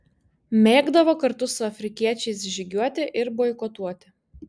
mėgdavo kartu su afrikiečiais žygiuoti ir boikotuoti